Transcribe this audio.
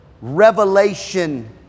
revelation